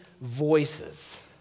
voices